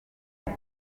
iyo